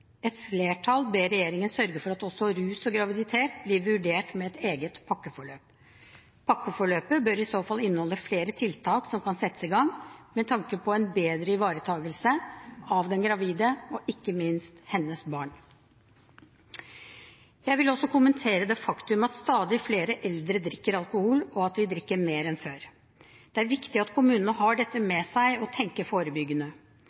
Et flertall ber regjeringen sørge for at også rus og graviditet blir vurdert med et eget pakkeforløp. Pakkeforløpet bør i så fall inneholde flere tiltak som kan settes i gang, med tanke på en bedre ivaretakelse av den gravide og ikke minst hennes barn. Jeg vil også kommentere det faktum at stadig flere eldre drikker alkohol, og at de drikker mer enn før. Det er viktig at kommunene har dette med seg og tenker forebyggende.